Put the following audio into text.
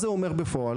כי זה אירוע.